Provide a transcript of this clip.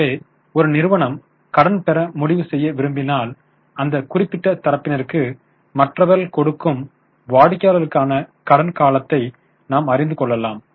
எனவே ஒரு நிறுவனம் கடன் பெற முடிவு செய்ய விரும்பினால் அந்த குறிப்பிட்ட தரப்பினருக்கு மற்றவர்கள் கொடுக்கும் வாடிக்கையாளருக்கான கடன் காலத்தை நாம் அறிந்து கொள்ளலாம்